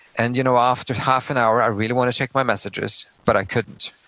and you know after half an hour i really wanna check my messages, but i couldn't.